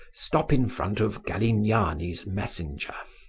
stop in front of galignani's messenger.